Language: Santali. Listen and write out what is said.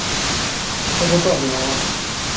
ᱡᱚᱛᱚᱣᱟᱜ ᱜᱮ ᱧᱟᱢᱚᱜᱼᱟ